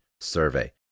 survey